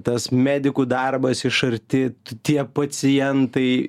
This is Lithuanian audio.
tas medikų darbas iš arti tie pacientai